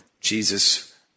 Jesus